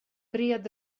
bred